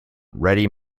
ready